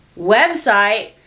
website